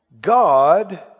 God